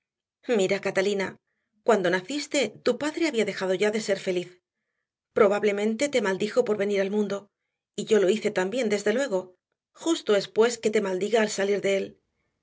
mira catalina cuando naciste tu padre había dejado ya de ser feliz probablemente te maldijo por venir al mundo y yo lo hice también desde luego justo es pues que te maldiga al salir de él